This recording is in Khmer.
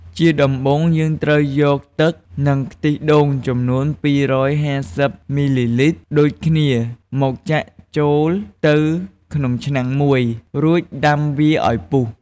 ជាដំបូង យើងត្រូវយកទឹក និងខ្ទិះដូងចំនួន២៥០មីលីលីត្រដូចគ្នាមកចាក់ចូលទៅក្នុងឆ្នាំងមួយ រួចដាំវាឱ្យពុះ។